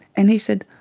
and he said,